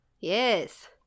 Yes